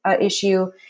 issue